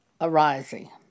arising